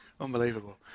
Unbelievable